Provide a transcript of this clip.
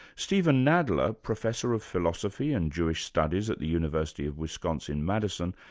steven nadler, professor of philosophy and jewish studies at the university of wisconsin-madison,